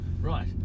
right